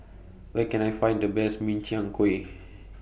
Where Can I Find The Best Min Chiang Kueh